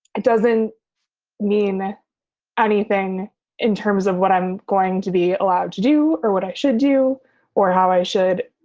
it doesn't mean anything in terms of what i'm going to be allowed to do or what i should do or how i should.